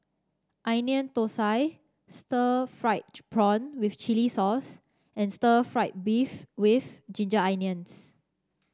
Onion Thosai Stir Fried Prawn with Chili Sauce and stir fry beef with Ginger Onions